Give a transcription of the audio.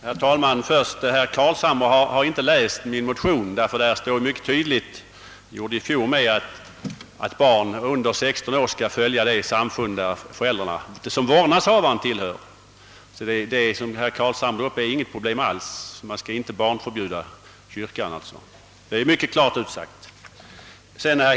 Herr talman! Först 'vill jag säga att herr Carlshamre inte har läst min motion, ty där står det liksom i fjol mycket tydligt att barn under 16 år skall tillhöra samma samfund som vårdnadshavaren. Det är inte alls något problem; kyrkan skall således inte barnförbjudas.